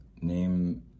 Name